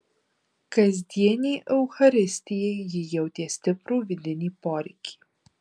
kasdienei eucharistijai ji jautė stiprų vidinį poreikį